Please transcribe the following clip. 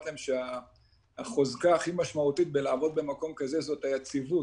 להם שהחוזקה הכי משמעותית בלעבוד במקום כזה זה היציבות,